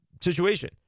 situation